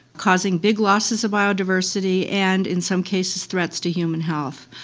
causing big losses of biodiversity and, in some cases, threats to human health.